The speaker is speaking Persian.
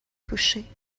پوشی